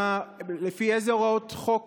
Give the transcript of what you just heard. לפי איזה הוראות חוק